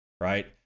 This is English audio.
right